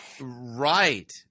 Right